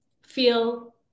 feel